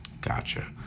Gotcha